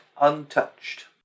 untouched